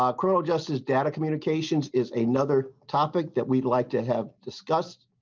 ah cruel justice data communications is another topic that we like to have discussed.